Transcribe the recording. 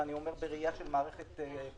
ואני אומר את זה בראייה של המערכת כולה,